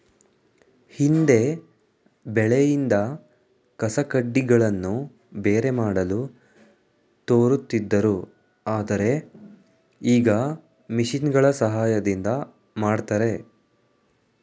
ಹಿಂದೆ ಬೆಳೆಯಿಂದ ಕಸಕಡ್ಡಿಗಳನ್ನು ಬೇರೆ ಮಾಡಲು ತೋರುತ್ತಿದ್ದರು ಆದರೆ ಈಗ ಮಿಷಿನ್ಗಳ ಸಹಾಯದಿಂದ ಮಾಡ್ತರೆ